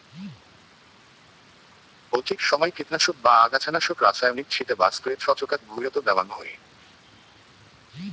অধিক সমাই কীটনাশক বা আগাছানাশক রাসায়নিক ছিটা বা স্প্রে ছচকাত ভুঁইয়ত দ্যাওয়াং হই